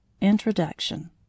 Introduction